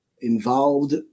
involved